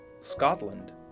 Scotland